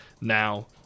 Now